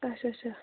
اچھ اچھا